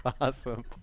awesome